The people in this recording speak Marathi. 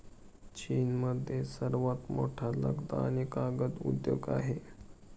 चीनमध्ये सर्वात मोठा लगदा आणि कागद उद्योग आहे